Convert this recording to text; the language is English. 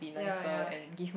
ya ya